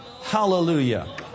Hallelujah